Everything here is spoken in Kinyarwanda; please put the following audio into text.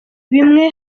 bimwe